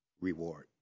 reward